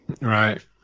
right